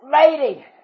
Lady